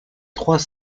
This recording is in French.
trois